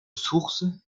source